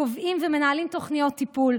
קובעים ומנהלים תוכניות טיפול,